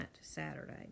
Saturday